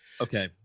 Okay